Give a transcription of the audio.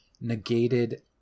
negated